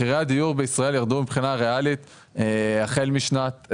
מחירי הדיור בישראל ירדו מבחינה ריאלית החל משנת,